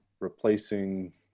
replacing